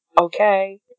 Okay